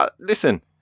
listen